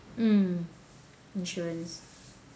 mm insurance